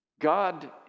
God